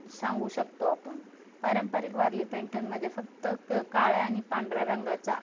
सांगू शकतो आपण पारंपारिक वारली पेंटंगमध्ये फक्त क काळ्या आणि पांढऱ्या रंगाचा